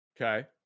Okay